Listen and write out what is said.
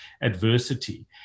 adversity